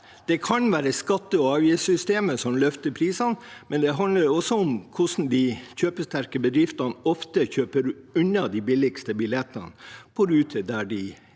Det kan være skatte- og avgiftssystemet som løfter prisene, men det handler også om hvordan de kjøpesterke bedriftene ofte kjøper unna de billigste billettene på ruter der de er